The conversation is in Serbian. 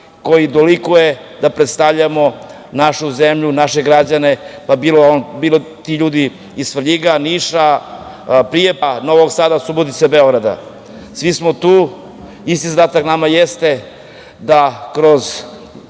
koji dolikuje da predstavljamo našu zemlju, naše građane, bili ti ljudi iz Svrljiga, Niša, Prijepolja, Novog Sada, Subotice, Beograda. Svi smo tu i isti zadatak nama jeste da kroz